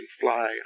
fly